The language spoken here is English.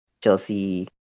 Chelsea